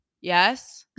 yes